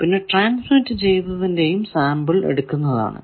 പിന്നെ ട്രാൻസ്മിറ്റ് ചെയ്തതിന്റെയും സാമ്പിൾ എടുക്കുന്നതാണ്